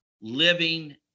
living